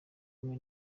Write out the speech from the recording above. kumwe